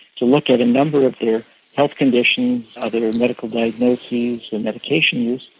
to look at a number of their health conditions, other medical diagnoses and medication use,